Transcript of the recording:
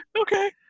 Okay